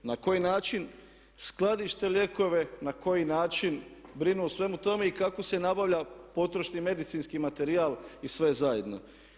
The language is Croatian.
Na koji način skladište lijekove, na koji način brinu o svemu tome i kako se nabavlja potrošni medicinski materijal i sve zajedno?